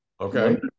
Okay